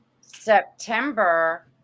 September